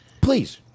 Please